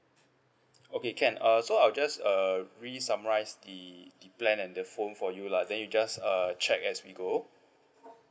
okay can uh so I'll just uh re-summarise the the plan and the phone for you lah then you just uh check as we go